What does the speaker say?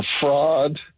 fraud